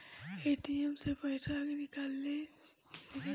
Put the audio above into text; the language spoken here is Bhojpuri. ए.टी.एम से पइसा कइसे निकली?